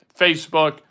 Facebook